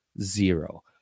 zero